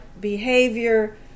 behavior